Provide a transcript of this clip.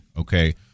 Okay